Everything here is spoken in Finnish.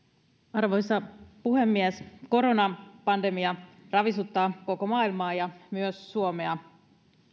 arvoisa puhemies koronapandemia ravisuttaa koko maailmaa ja myös suomea